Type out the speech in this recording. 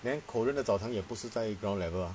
then korean 的澡堂也不是在 ground level ah